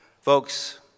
Folks